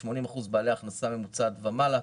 80% בעלי הכנסה ממוצעת ומעלה,